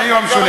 זה יום שונה.